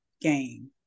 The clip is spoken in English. game